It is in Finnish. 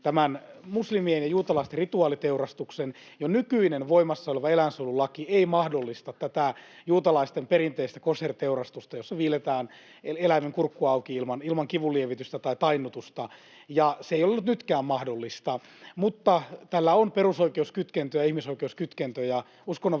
tämän muslimien ja juutalaisten rituaaliteurastuksen. Jo nykyinen, voimassa oleva eläinsuojelulaki ei mahdollista tätä juutalaisten perinteistä kosher-teurastusta, jossa viilletään eläimen kurkku auki ilman kivunlievitystä tai tainnutusta, ja se ei ollut nytkään mahdollista, mutta tällä on perusoikeuskytkentöjä ja ihmisoikeuskytkentöjä